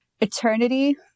eternity